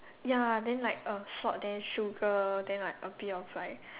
ya then like uh salt then sugar then like a bit of like